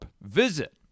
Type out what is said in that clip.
Visit